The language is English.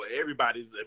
everybody's